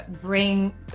bring